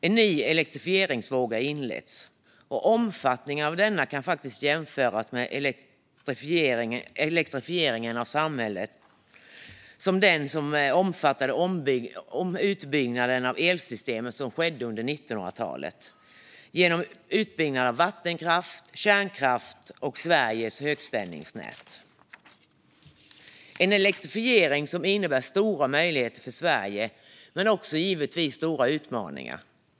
En ny elektrifieringsvåg har inletts. Omfattningen av denna kan faktiskt jämföras med den elektrifiering av samhället som den omfattande utbyggnad av elsystemet som skedde under 1900-talet genom utbyggnad av vattenkraft, kärnkraft och Sveriges högspänningsnät innebar. Det är en elektrifiering som innebär stora möjligheter för Sverige men givetvis också stora utmaningar.